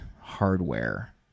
hardware